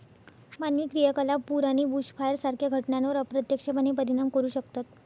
मानवी क्रियाकलाप पूर आणि बुशफायर सारख्या घटनांवर अप्रत्यक्षपणे परिणाम करू शकतात